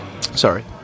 Sorry